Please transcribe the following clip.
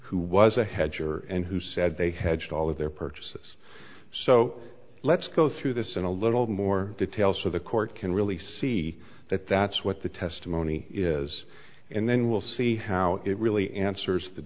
who was a hedge or and who said they hedged all of their purchases so let's go through this in a little more detail so the court can really see that that's what the testimony is and then we'll see how it really answers the